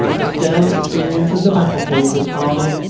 the stern experience of the battlefield has hardened,